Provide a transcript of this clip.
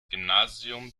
gymnasium